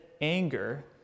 anger